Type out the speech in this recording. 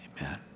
amen